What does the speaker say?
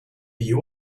you